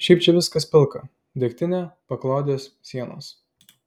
šiaip čia viskas pilka degtinė paklodės sienos